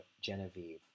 Genevieve